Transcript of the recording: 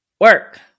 work